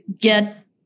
get